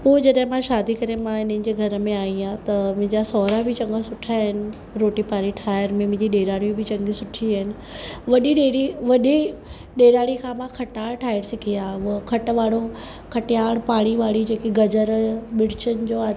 पोइ जॾहिं मां शादी करे मां इन्हनि जे घर में आई आहियां त मुंहिंजा सहूरा बि चङा सुठा आहिनि रोटी पाणी ठाहिण में मुंहिंजी ॾेराणियूं बि चङी सुठी आहिनि वॾी ॾेरी वॾी ॾेराणी खां मां खटाण ठाहिण सिखी आहियां उहो खट वारो खटाण पाणी वारी जेकी गजर मिरचनि जो आहे